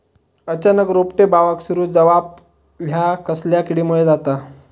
अचानक रोपटे बावाक सुरू जवाप हया कसल्या किडीमुळे जाता?